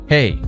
Hey